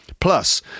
Plus